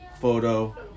photo